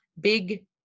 big